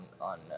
on